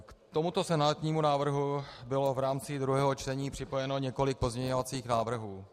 K tomuto senátnímu návrhu bylo v rámci druhého čtení připojeno několik pozměňovacích návrhů.